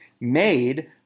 made